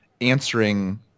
answering